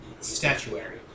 Statuary